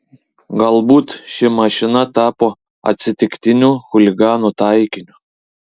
galbūt ši mašina tapo atsitiktiniu chuliganų taikiniu